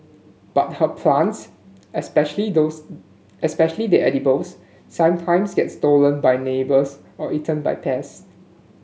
but her plants especially those especially the edibles sometimes get stolen by neighbours or eaten by pests